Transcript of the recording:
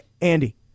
Andy